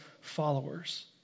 followers